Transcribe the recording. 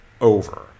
over